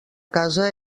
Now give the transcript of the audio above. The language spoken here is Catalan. casa